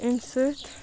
امہِ سۭتۍ